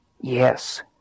Yes